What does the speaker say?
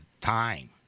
time